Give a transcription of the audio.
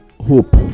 hope